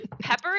Pepper